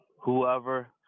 Whoever